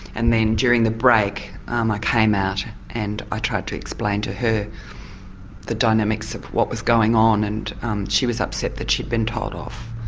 and then during the break, um i came out and i tried to explain to her the dynamics of what was going on, and um she was upset that she'd been told off.